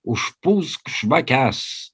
užpūsk žvakes